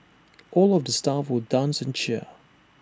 all of the staff will dance and cheer